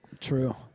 True